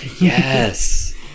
Yes